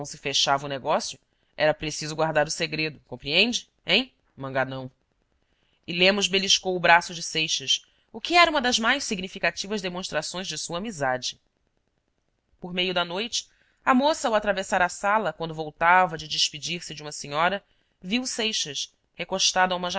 fechava o negócio era preciso guardar o segredo compreende hein maganão e lemos beliscou o braço de seixas o que era uma das mais significativas demonstrações de sua amizade por meio da noite a moça ao atravessar a sala quando voltava de despedir-se de uma senhora viu seixas recostado a uma